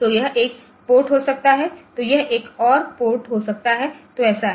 तो यह एक पोर्ट हो सकता है तो यह एक और पोर्ट हो सकता है तो ऐसा है